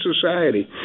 society